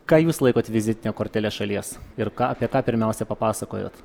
ką jūs laikot vizitine kortele šalies ir ką apie ką pirmiausia papasakojot